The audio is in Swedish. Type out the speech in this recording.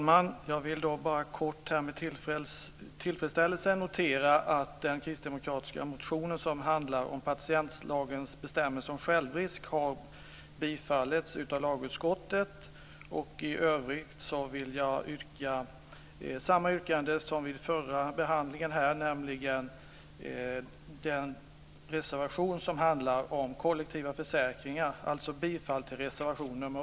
Fru talman! Med tillfredsställelse noterar jag att den kristdemokratiska motionen om patientskadelagens bestämmelse om självrisk har tillstyrkts av lagutskottet. I övrigt har jag samma yrkande som vid förra behandlingen. Jag yrkar alltså bifall till reservation nr 8 som handlar om kollektiva försäkringar.